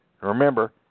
Remember